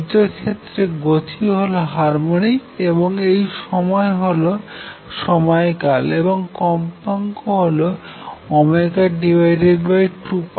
দ্বিতীয় ক্ষেত্রে গতি হল হারমনিক এবং এই সময় হল সময় কাল এবং কম্পাঙ্ক হল ω2π